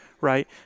right